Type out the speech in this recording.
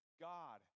God